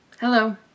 Hello